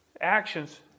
actions